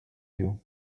you